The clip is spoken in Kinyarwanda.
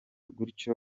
gutyo